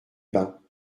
bains